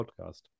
podcast